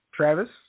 Travis